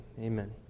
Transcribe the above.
amen